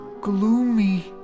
Gloomy